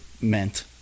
meant